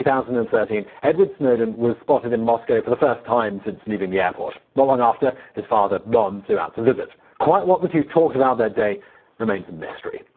thousand and thirteen, edward snowden was spotted in moscow for the first time since leaving the airport. not long after, his father lon flew out to visit. quite what the two talked about that day remains a mystery.